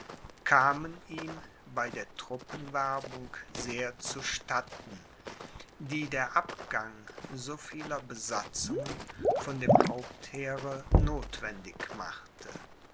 kamen ihm bei der truppenwerbung sehr zu statten die der abgang so vieler besatzungen von dem hauptheere nothwendig machte